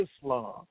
Islam